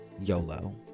YOLO